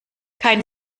kein